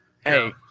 Hey